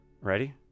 Ready